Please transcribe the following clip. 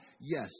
Yes